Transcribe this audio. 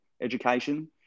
education